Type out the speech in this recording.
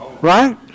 Right